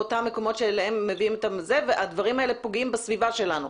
באותם מקומות אליהם הם מובאים ודברים האלה פוגעים בסביבה שלנו.